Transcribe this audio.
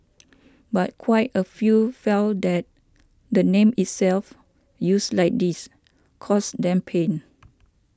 but quite a few felt that the name itself used like this caused them pain